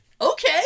okay